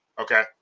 Okay